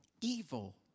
evil